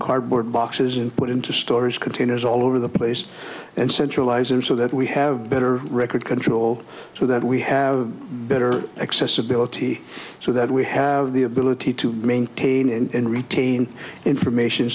cardboard boxes and put into storage containers all over the place and centralizing so that we have better record control so that we have better accessibility so that we have the ability to maintain and retain information